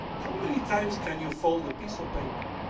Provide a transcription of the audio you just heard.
how many times can you fold a piece of paper?